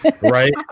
right